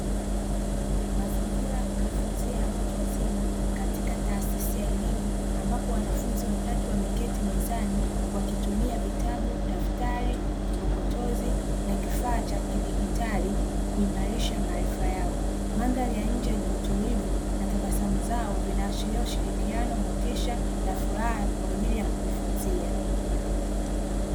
Mazingira ya kujifunzia ya watu wazima katika taasisi ya elimu ambapo wanafunzi watatu wameketi mezani wakitumia vitabu, daftari, kikokotozi na kifaa cha kidigitali kuimarisha maarifa yao, mandhari ya nje yenye utulivu na tabasamu zao vinaashiri ushirikiano, motisha na furaha kwa ajili ya kujifunzia.